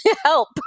Help